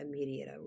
immediate